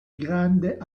grande